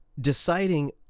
Deciding